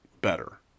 better